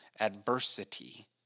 adversity